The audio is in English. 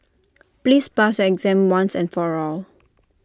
please pass your exam once and for all